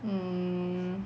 um